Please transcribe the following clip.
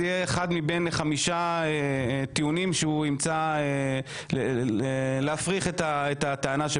יהיה אחד מבין חמישה טיעונים כדי להפריך את הטענה.